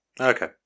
Okay